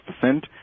percent